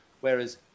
whereas